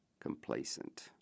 complacent